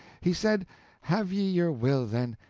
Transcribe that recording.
he said have ye your will, then,